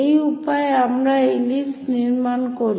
এই উপায়ে আমরা ইলিপস নির্মাণ করি